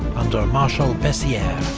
under marshal bessieres.